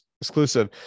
exclusive